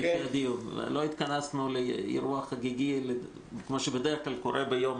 לא התכנסנו לאירוע חגיגי כמו שבדרך כלל קורה ביום